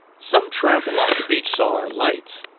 some tramp along the beach saw our lights,